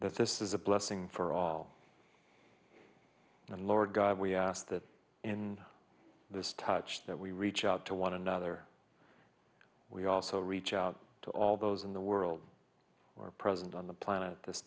that this is a blessing for all the lord god we ask that in this touch that we reach out to one another we also reach out to all those in the world or present on the planet this